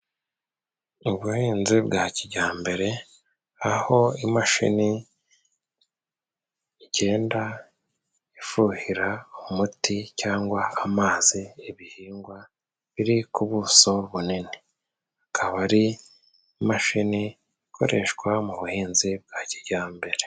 Ubuhinzi bwa kijyambere aho imashini igenda ifuhira umuti cyangwa amazi ibihingwa biri ku buso bunini, akaba ari imashini ikoreshwa mu buhinzi bwa kijyambere.